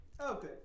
okay